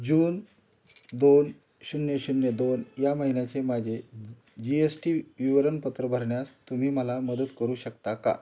जून दोन शून्य शून्य दोन या महिन्याचे माझे जी एस टी विवरणपत्र भरण्यास तुम्ही मला मदत करू शकता का